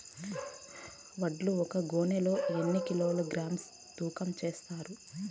వడ్లు ఒక గోనె లో ఎన్ని కిలోగ్రామ్స్ తూకం వేస్తారు?